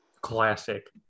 classic